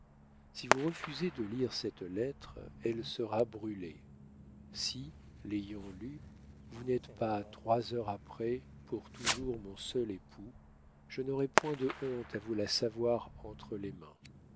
si vous refusez de lire cette lettre elle sera brûlée si l'ayant lue vous n'êtes pas trois heures après pour toujours mon seul époux je n'aurai point de honte à vous la savoir entre les mains